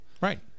Right